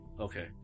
Okay